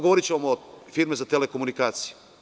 Govoriću vam o firmi za telekomunikacije.